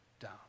down